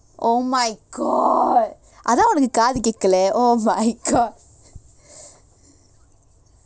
oh my god அதான் ஒனக்கு காது கேக்கல:athaan onakku kaathu kekala oh my god